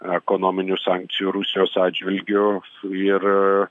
ekonominių sankcijų rusijos atžvilgiu ir